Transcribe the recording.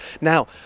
Now